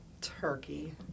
Turkey